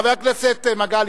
חבר הכנסת מגלי,